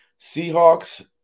Seahawks